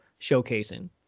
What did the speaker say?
showcasing